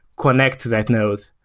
connect to that node,